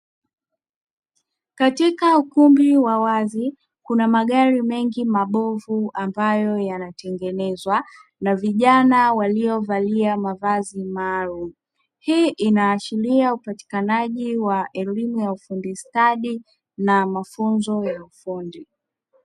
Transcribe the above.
Katika ukumbi wa wazi, kuna magari mengi mabovu ambayo yanatengenezwa na vijana waliovalia mavazi maalumu. Hii inaashiria upatikanaji wa elimu ya ufundi stadi na mafunzo ya ufundi.